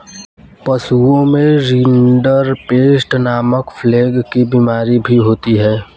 पशुओं में रिंडरपेस्ट नामक प्लेग की बिमारी भी होती है